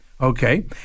okay